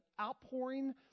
outpouring